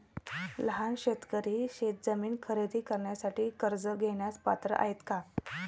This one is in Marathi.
लहान शेतकरी शेतजमीन खरेदी करण्यासाठी कर्ज घेण्यास पात्र आहेत का?